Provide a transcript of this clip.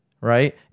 right